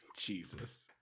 jesus